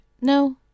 No